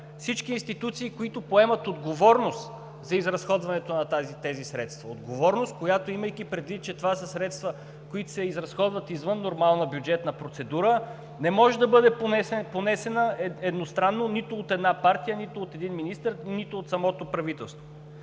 всички институции, които поемат отговорност за изразходването на тези средства. Отговорност, която – имайки предвид, че това са средства, които се изразходват извън нормална бюджетна процедура, не може да бъде понесена едностранно нито от една партия, нито от един министър, нито от самото правителство.